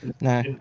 no